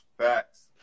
Facts